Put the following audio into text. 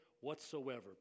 whatsoever